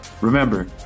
Remember